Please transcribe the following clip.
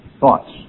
thoughts